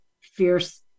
fierce